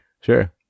Sure